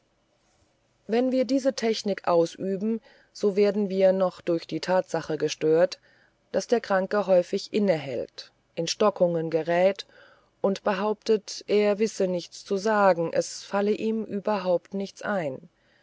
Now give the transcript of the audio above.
wenn wir diese technik ausüben so werden wir noch durch die tatsache gestört daß der kranke häufig inne hält in stockungen gerät und behauptet er wisse nichts zu sagen es falle ihm überhaupt nichts ein